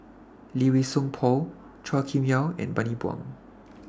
Lee Wei Song Paul Chua Kim Yeow and Bani Buang